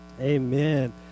Amen